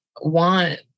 want